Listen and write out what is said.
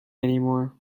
anymore